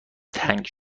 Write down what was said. تنگ